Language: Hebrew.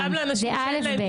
וגם לאנשים שאין להם